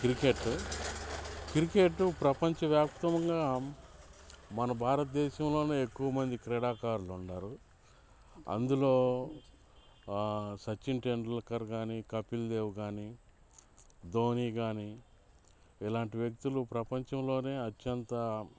cricket cricket ప్రపంచవ్యాప్తంగా మన భారతదేశంలోనే ఎక్కువ మంది క్రీడాకారులుండ్డారు అందులో సచిన్ టెండూల్కర్ గానీ కపిల్ దేవ్ గానీ ధోని గానీ ఇలాంటి వ్యక్తులు ప్రపంచంలోనే అత్యంత